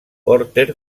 porter